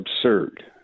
absurd